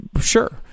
sure